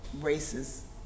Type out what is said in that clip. races